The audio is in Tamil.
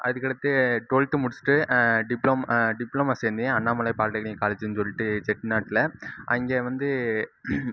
அதுக்கடுத்து டுவெல்த் முடிச்சிவிட்டு டிப்ளோமோ டிப்ளோமோ சேர்ந்தேன் அண்ணாமலை பாலிடெக்னிக் காலேஜுன்னு சொல்லிட்டு செட்டிநாட்டில் அங்கே வந்து